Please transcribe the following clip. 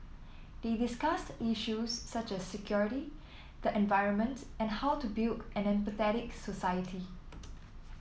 they discussed issues such as security the environment and how to build an empathetic society